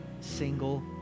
single